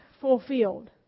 fulfilled